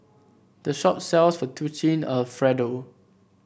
the shop sells Fettuccine Alfredo